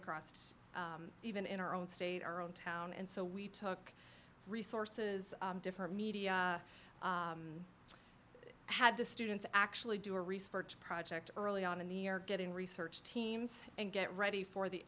across even in our own state our own town and so we took resources different media had the students actually do a research project early on in the or getting research teams and get ready for the